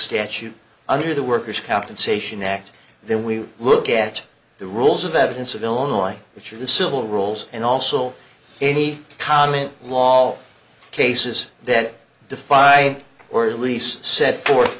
statute under the worker's compensation act then we look at the rules of evidence of illinois which are the civil rules and also any current law all cases that defied orders least set forth